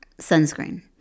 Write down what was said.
sunscreen